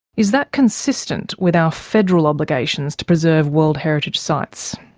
is that consistent with our federal obligations to preserve world heritage sites?